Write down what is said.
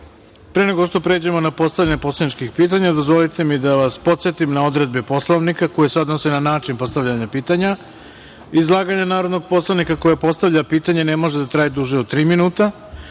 nego što pređemo na postavljanje poslaničkih pitanja dozvolite mi da vas podsetim na odredbe Poslovnika koje se odnose na način postavljanja pitanja. Izlaganje narodnog poslanika koji postavlja pitanje ne može da traje duže od tri minuta.